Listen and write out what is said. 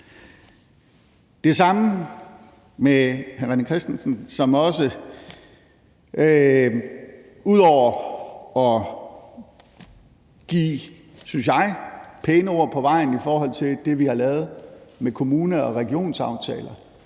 Det samme gælder hr. René Christensen, som ud over at give, synes jeg, pæne ord med på vejen i forhold til det, vi har lavet med kommune- og regionsaftaler,